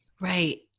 Right